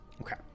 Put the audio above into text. Okay